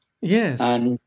Yes